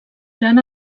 gran